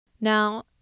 Now